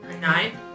Nine